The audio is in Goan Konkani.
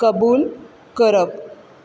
कबूल करप